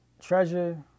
treasure